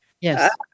Yes